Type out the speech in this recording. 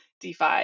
DeFi